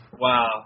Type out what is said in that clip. Wow